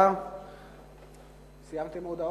(רשיונות לעבודות